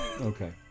Okay